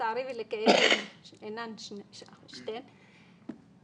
שלצערי ולכאבי אינן שתיהן,